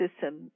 system